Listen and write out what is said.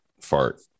fart